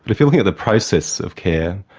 but if you're looking at the process of care,